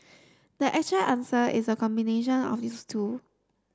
the actual answer is a combination of these two